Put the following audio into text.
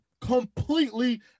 completely